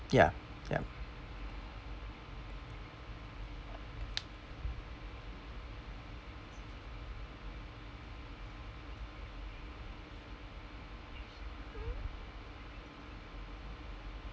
ya yup